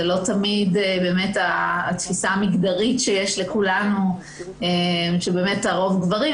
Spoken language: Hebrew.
לא תמיד התפיסה המגדרית שיש לכולנו שהרוב גברים,